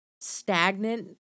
stagnant